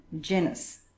genus